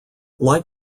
like